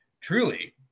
truly